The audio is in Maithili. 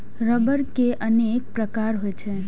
रबड़ के अनेक प्रकार होइ छै